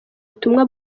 ubutumwa